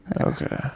okay